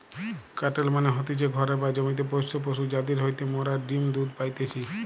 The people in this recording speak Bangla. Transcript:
কাটেল মানে হতিছে ঘরে বা জমিতে পোষ্য পশু যাদির হইতে মোরা ডিম্ দুধ পাইতেছি